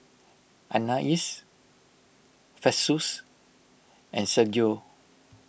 Anais Festus and Sergio